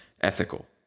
ethical